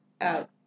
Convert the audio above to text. out